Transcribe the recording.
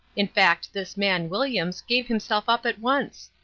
in fact, this man, williams, gave himself up at once.